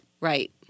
Right